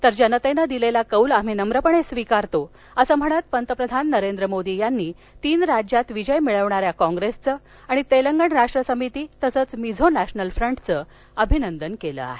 तर जनतेनं दिलेला कौल आम्ही स्वीकारतो असं म्हणत पंतप्रधान नरेंद्र मोदी यांनी तीन राज्यांत विजय मिळवणाऱ्या काँग्रेसच आणि तेलंगण राष्ट्र समिती तसंच मिझो नॅशनल फ्रंटचं अभिनंदन केलं आहे